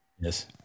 Yes